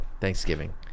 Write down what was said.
Thanksgiving